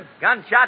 Gunshots